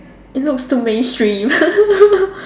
it looks too mainstream